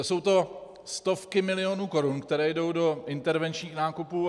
Jsou to stovky milionů korun, které jdou do intervenčních nákupů.